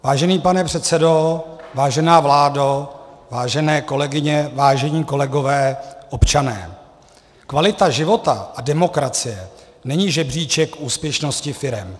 Vážený pane předsedo, vážená vládo, vážené kolegyně, vážení kolegové, občané, kvalita života a demokracie není žebříček úspěšnosti firem.